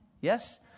Yes